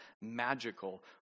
magical